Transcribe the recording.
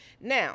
Now